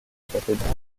cathédrale